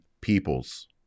peoples